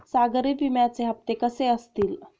सागरी विम्याचे हप्ते कसे असतील?